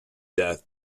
death